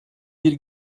bir